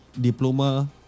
diploma